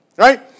Right